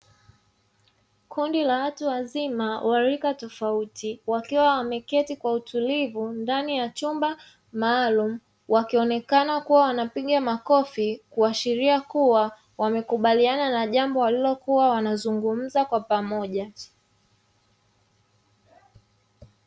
Kundi la watu wazima wa rika tofauti wakiwa wameketi kwa utulivu ndani ya chumba maalumu wakionekana kuwa wanapiga makofi kuashiria kuwa wamekubaliana na jambo walilokuwa wanazungumza kwa pamoja.